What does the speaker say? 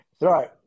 right